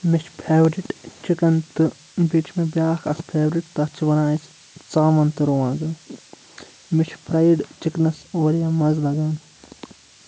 مےٚ چھِ favourite chicken تہٕ بیٚیہِ چھِ مےٚ بیٛاکھ اَکھ فٮ۪ورِٹ تَتھ چھِ وَنان أسۍ ژامَن تہٕ رُوانٛگَن مےٚ چھِ فرٛایڈ چِکنَس وارِیاہ مَزٕ لَگان